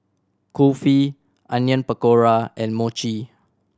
Kulfi Onion Pakora and Mochi